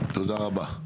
תודה רבה.